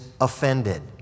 offended